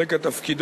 על רקע תפקידו,